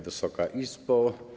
Wysoka Izbo!